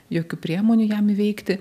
jokių priemonių jam įveikti